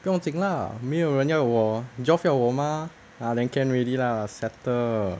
不用紧 lah 没有人要我 joff 要我 mah ah then can already lah settle